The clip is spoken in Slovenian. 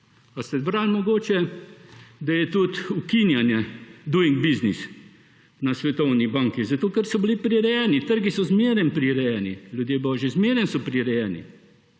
Ali ste brali mogoče, da je tudi ukinjanje »doing business« na svetovni banki? Zato ker so bili prirejeni. Trgi so vedno prirejeni, ljudje božji, zmeraj so prirejeni